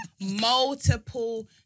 multiple